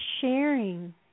sharing